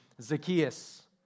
Zacchaeus